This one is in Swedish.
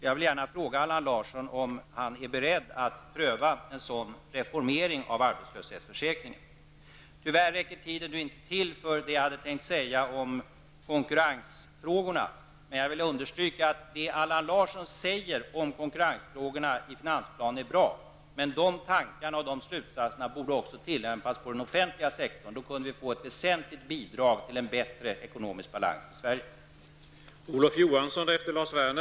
Jag vill gärna fråga Allan Larsson om han är beredd att pröva en sådan reformering av arbetslöshetsförsäkringen. Tyvärr räcker tiden inte till för vad jag hade tänkt säga om konkurrensfrågorna. Men jag vill understryka att det som Allan Larsson säger om konkurrensfrågorna i finansplanen är bra. De tankarna och slutsatserna borde dock också gälla den offentliga sektorn. Då kunde vi få ett väsentligt bidrag till en bättre ekonomisk balans i Sverige.